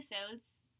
episodes